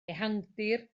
ehangdir